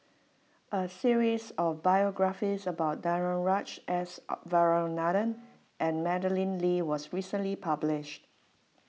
a series of biographies about Danaraj S Varathan and Madeleine Lee was recently published